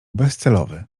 bezcelowy